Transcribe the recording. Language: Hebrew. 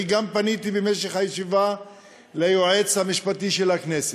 אני גם פניתי במשך הישיבה ליועץ המשפטי של הכנסת.